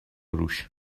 روش